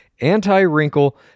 anti-wrinkle